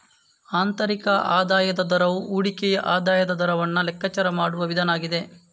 ಆಂತರಿಕ ಆದಾಯದ ದರವು ಹೂಡಿಕೆಯ ಆದಾಯದ ದರವನ್ನ ಲೆಕ್ಕಾಚಾರ ಮಾಡುವ ವಿಧಾನ ಆಗಿದೆ